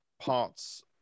parts